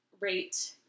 rate